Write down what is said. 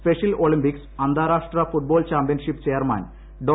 special Olympics അന്താരാഷ്ട്ര football championship chairman ഡോ